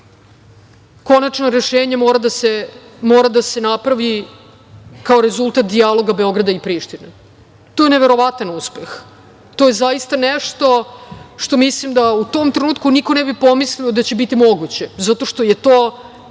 konačno rešenje mora da se napravi kao rezultat dijaloga Beograda i Prištine. To je neverovatan uspeh, to je zaista nešto što mislim da u tom trenutku niko ne bi pomislio da će to biti moguće, zato što je to bilo